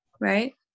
right